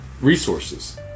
resources